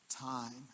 time